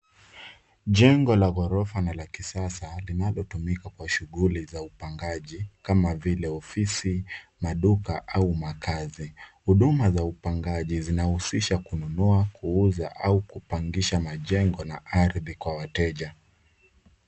Jengo la ghorofa na la kisasa linalotumika kwa shughuli za upangaji kama vile ofisi, maduka na au makazi. Huduma za upangaji zinahusisha kununua, kuuza au kupangisha majengo na ardhi kwa wateja.